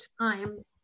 time